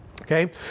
okay